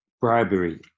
bribery